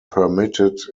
permitted